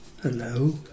Hello